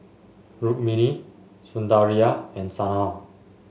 Rukmini Sundaraiah and Sanal